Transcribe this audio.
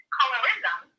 Colorism